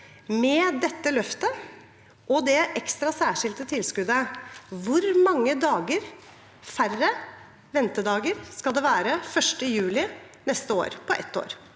med dette løftet og det ekstra særskilte tilskuddet, hvor mange færre ventedager det skal være 1. juli neste år, på ett år.